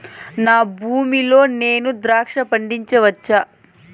నా భూమి లో నేను ద్రాక్ష పండించవచ్చా?